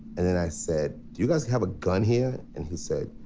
and then i said, do you guys have a gun here? and he said,